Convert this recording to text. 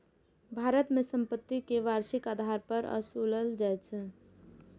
भारत मे संपत्ति कर वार्षिक आधार पर ओसूलल जाइ छै